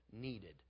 needed